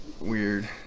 weird